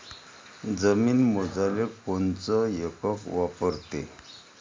जमीन मोजाले कोनचं एकक वापरते?